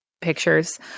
pictures